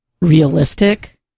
realistic